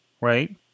right